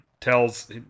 tells